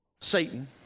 Satan